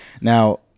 Now